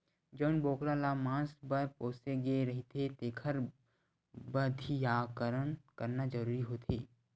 जउन बोकरा ल मांस बर पोसे गे रहिथे तेखर बधियाकरन करना जरूरी होथे